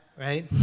right